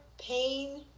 pain